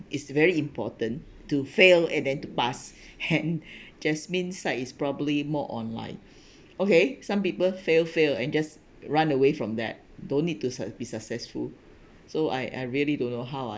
it's very important to fail and then to pass hence jasmine's side is probably more on like okay some people fail fail and just run away from that don't need to succ~ be successful so I I really don't know how are